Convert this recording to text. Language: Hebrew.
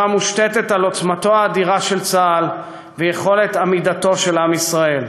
זו המושתתת על עוצמתו האדירה של צה"ל ויכולת העמידה של עם ישראל,